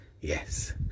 Yes